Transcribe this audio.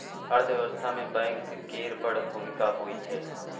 अर्थव्यवस्था मे बैंक केर बड़ भुमिका होइ छै